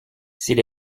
s’il